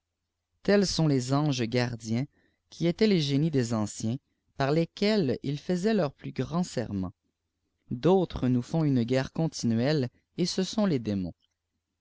tels sont les anges gardiens qui étaient les gépies des anciens par lesquels ils faisaient leurs plus grands serments b'autres nous font une guerre continuelle et ce sont les démons